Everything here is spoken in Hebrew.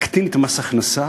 להקטין את מס ההכנסה,